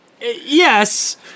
Yes